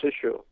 issue